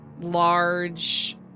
large